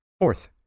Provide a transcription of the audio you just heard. Fourth